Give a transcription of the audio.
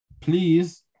please